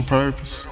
purpose